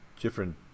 different